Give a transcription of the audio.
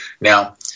Now